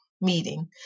meeting